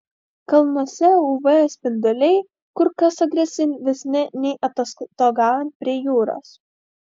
kalnuose uv spinduliai kur kas agresyvesni nei atostogaujant prie jūros